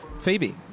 Phoebe